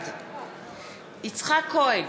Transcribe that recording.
בעד יצחק כהן,